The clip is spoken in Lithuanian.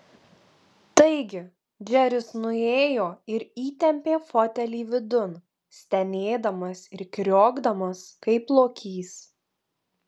taigi džeris nuėjo ir įtempė fotelį vidun stenėdamas ir kriokdamas kaip lokys